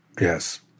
yes